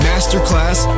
Masterclass